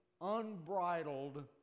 unbridled